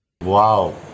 wow